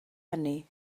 hynny